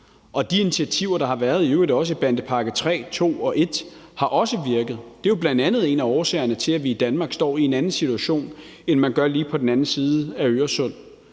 De initiativer, der har været, i øvrigt også i bandepakke III, II og I, har også virket. Det er jo bl.a. en af årsagerne til, at vi i Danmark står i en anden situation, end man gør lige på den anden side af Øresund.